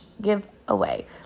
giveaway